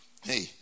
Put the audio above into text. hey